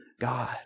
God